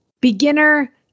Beginner